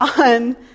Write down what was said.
on